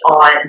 on